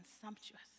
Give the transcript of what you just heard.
sumptuous